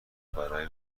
برای